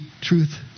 truth